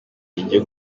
igiye